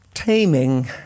Taming